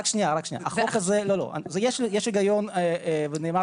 יש היגיון ונאמר